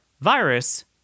virus